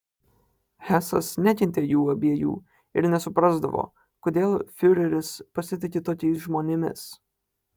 hesas nekentė jų abiejų ir nesuprasdavo kodėl fiureris pasitiki tokiais žmonėmis